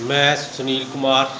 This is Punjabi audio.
ਮੈਂ ਸੁਨੀਲ ਕੁਮਾਰ